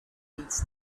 needs